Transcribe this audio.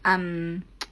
um